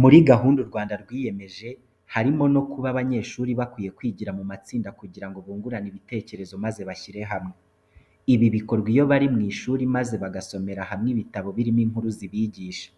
Muri gahunda u Rwanda rwiyemeje, harimo no kuba abanyeshuri bakwiye kwigira mu matsinda kugira ngo bungurane ibitekerezo maze bashyire hamwe. Ibi bikorwa iyo bari mu ishuri maze bagasomera hamwe ibitabo birimo inkuru zibigisha.